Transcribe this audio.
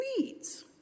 weeds